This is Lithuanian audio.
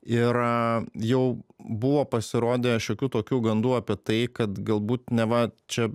ir a jau buvo pasirodę šiokių tokių gandų apie tai kad galbūt neva čia